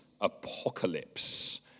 apocalypse